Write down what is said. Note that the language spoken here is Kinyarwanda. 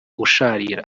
usharira